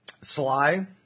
Sly